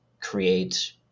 create